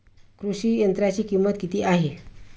कृषी यंत्राची किंमत किती आहे?